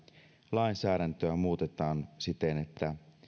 lainsäädäntöä muutetaan siten että